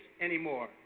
anymore